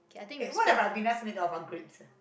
eh what are Ribenas made up of grapes ah